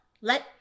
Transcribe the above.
Let